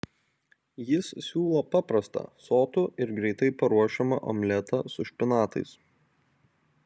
jis siūlo paprastą sotų ir greitai paruošiamą omletą su špinatais